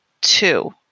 two